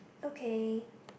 okay